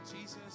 Jesus